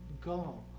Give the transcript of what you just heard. go